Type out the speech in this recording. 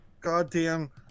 goddamn